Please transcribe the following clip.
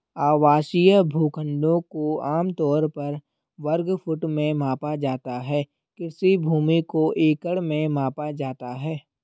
आवासीय भूखंडों को आम तौर पर वर्ग फुट में मापा जाता है, कृषि भूमि को एकड़ में मापा जाता है